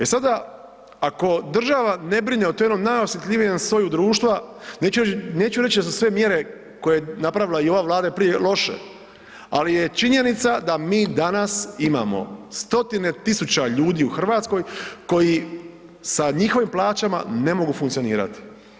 E, sada ako država ne brine o tom jednom najosjetljivijem sloju društva, neću reć, neću reći za sve mjere koje je napravila i ova Vlada i prije, loše, ali je činjenica da mi danas imamo stotine tisuća ljudi u RH koji sa njihovim plaćama ne mogu funkcionirati.